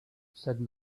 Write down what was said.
said